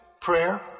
prayer